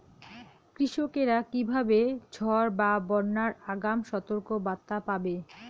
কৃষকেরা কীভাবে ঝড় বা বন্যার আগাম সতর্ক বার্তা পাবে?